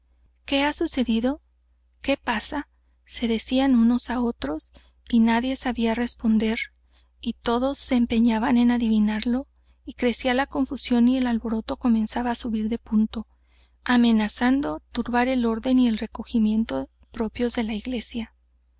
qué ha sucedido qué pasa se decían unos á otros y nadie sabía responder y todos se empeñaban en adivinarlo y crecía la confusión y el alboroto comenzaba á subir de punto amenazando turbar el orden y el recogimiento propios de la iglesia